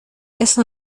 eso